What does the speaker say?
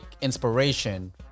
inspiration